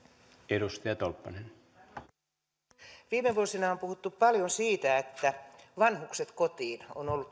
arvoisa puhemies viime vuosina on puhuttu paljon siitä että vanhukset kotiin